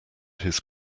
his